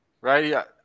right